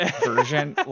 version